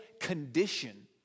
condition